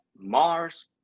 Mars